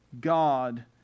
God